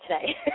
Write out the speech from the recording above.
today